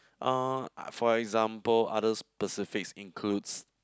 uh for example others specifics includes